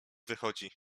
wychodzi